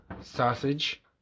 sausage